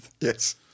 Yes